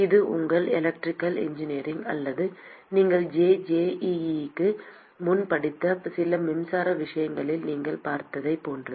இது உங்கள் electrical engineering அல்லது நீங்கள் JEE க்கு முன் படித்த சில மின்சார விஷயங்களில் நீங்கள் பார்த்ததைப் போன்றது